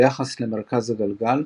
ביחס למרכז הגלגל,